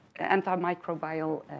antimicrobial